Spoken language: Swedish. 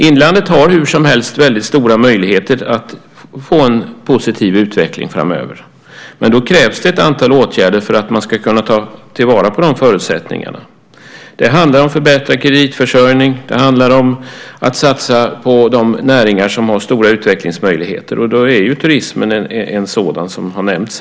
Inlandet har stora möjligheter till en positiv utveckling framöver, men för att kunna ta till vara förutsättningarna krävs ett antal åtgärder. Det handlar om förbättrad kreditförsörjning och om att satsa på de näringar som har stora utvecklingsmöjligheter. En sådan näring är turismen, som redan nämnts.